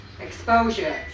Exposure